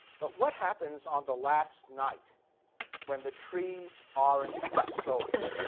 but what happens on the last night when the trees aren't sold?